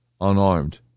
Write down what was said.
unarmed